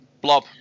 Blob